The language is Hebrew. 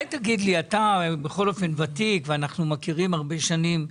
אתה בכל אופן ותיק ואנחנו מכירים הרבה שנים.